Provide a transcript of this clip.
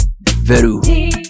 Veru